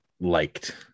liked